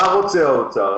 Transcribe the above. מה רוצה האוצר?